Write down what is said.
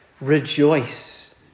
Rejoice